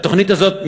התוכנית הזאת,